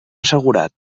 assegurat